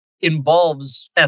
involves